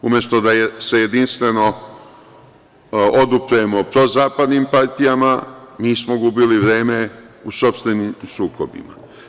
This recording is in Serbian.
Umesto da se jedinstveno odupremo prozapadnim partijama, mi smo gubili vreme u sopstvenim sukobima.